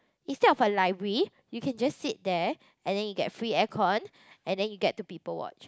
instead of a library you can just sit there and then you get free aircon and then you get to people watch